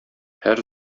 һәр